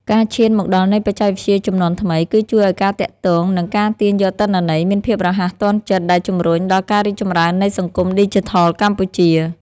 ការឈានមកដល់នៃបច្ចេកវិទ្យាជំនាន់ថ្មី គឺ ជួយឱ្យការទាក់ទង និង ការទាញយកទិន្នន័យមានភាពរហ័សទាន់ចិត្ត ដែលជម្រុញដល់ការរីកចម្រើននៃសង្គមឌីជីថលកម្ពុជា។